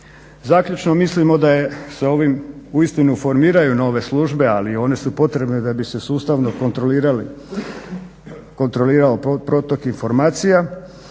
Zaključno mislimo da se ovim uistinu formiraju nove službe ali i one su potrebne da bi se sustavno kontrolirao protok informacija